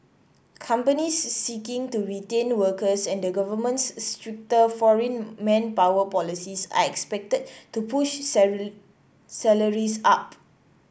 companies seeking to retain workers and the government's stricter foreign manpower policies are expected to push salaries up